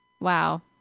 Wow